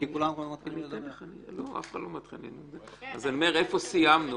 אומר איפה סיימנו